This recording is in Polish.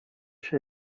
się